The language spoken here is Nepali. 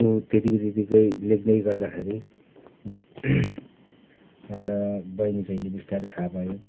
उ त्यत्तिको त्यत्तिकै लेख्दै गर्दाखेरि त्यहाँबाट बहिनी चाहिँले बिस्तारै थाहा पायो